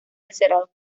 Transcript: encerrados